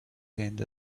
hand